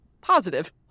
positive